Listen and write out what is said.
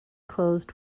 closed